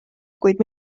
kuid